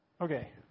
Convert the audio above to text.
Okay